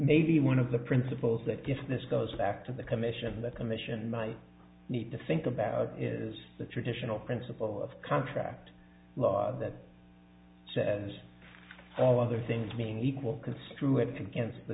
be one of the principles that if this goes back to the commission the commission might need to think about is the traditional principle of contract law that says all other things being equal construe it against the